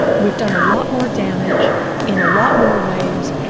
we've done a lot more damage in a lot more ways,